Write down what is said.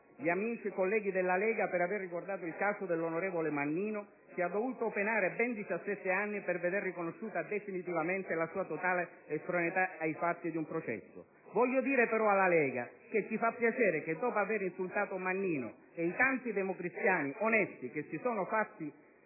gli amici e colleghi della Lega per aver ricordato il caso dell'onorevole Mannino che ha dovuto penare ben 17 anni per veder riconosciuta definitivamente la sua totale estraneità ai fatti di un processo. Voglio dire però alla Lega che ci fa piacere che, dopo aver insultato Mannino e i tanti democristiani onesti che si sono fatti